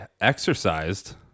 exercised